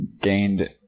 gained